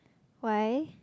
why